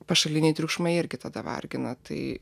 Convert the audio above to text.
pašaliniai triukšmai irgi tada vargina tai